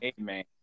Amen